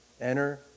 Enter